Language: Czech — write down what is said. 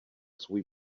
svůj